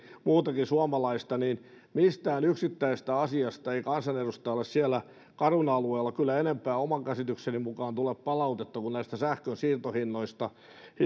muutakin suomalaista niin mistään yksittäisestä asiasta ei kansanedustajalle siellä caruna alueella kyllä oman käsitykseni mukaan tule enempää palautetta kuin näistä sähkönsiirtohinnoista